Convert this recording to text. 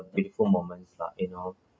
beautiful moments lah you know